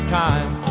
time